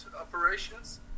operations